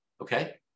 okay